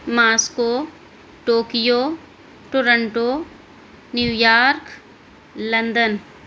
Moscow Tokyo Toronto New York London